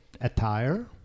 attire